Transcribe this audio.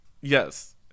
Yes